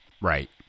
Right